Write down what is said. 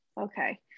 okay